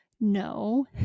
no